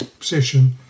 session